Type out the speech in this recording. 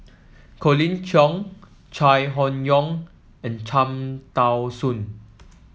Colin Cheong Chai Hon Yoong and Cham Tao Soon